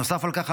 נוסף על כך,